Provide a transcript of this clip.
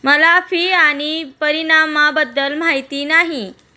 मला फी आणि परिणामाबद्दल माहिती नाही